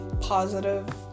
positive